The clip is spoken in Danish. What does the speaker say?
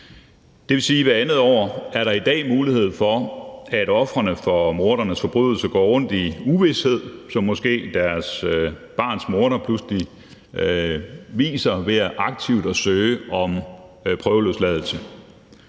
Det vil sige, at hvert andet år er der i dag mulighed for, at ofrene for mordernes forbrydelse går rundt i uvished, hvis måske deres barns morder aktivt søger om prøveløsladelse.